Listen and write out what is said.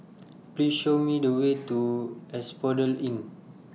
Please Show Me The Way to Asphodel Inn